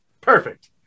Perfect